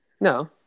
No